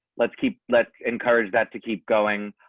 let's keep let's encourage that to keep going.